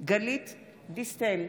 גלית דיסטל,